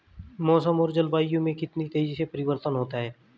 मौसम और जलवायु में कितनी तेजी से परिवर्तन होता है?